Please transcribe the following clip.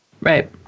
Right